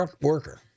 worker